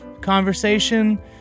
conversation